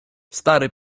stary